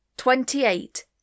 Twenty-eight